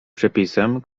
przepisem